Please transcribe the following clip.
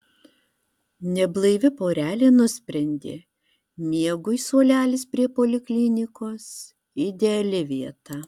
neblaivi porelė nusprendė miegui suolelis prie poliklinikos ideali vieta